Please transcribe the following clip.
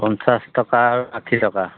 পঁঞ্চাছ টকা আৰু ষাঠি টকা